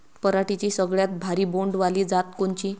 पराटीची सगळ्यात भारी बोंड वाली जात कोनची?